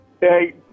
Hey